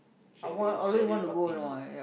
chalet chalet party